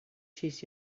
cheese